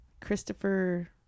Christopher